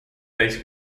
bass